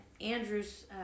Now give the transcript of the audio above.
andrew's